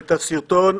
-- את הסרטון.